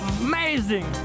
amazing